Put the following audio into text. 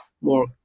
more